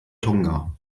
tonga